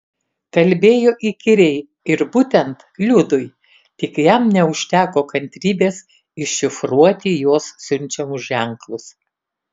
kalbėjo įkyriai ir būtent liudui tik jam neužteko kantrybės iššifruoti jos siunčiamus ženklus